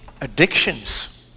Addictions